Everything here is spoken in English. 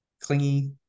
clingy